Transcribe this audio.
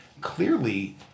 Clearly